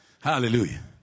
Hallelujah